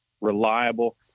reliable